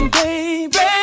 baby